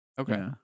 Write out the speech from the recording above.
Okay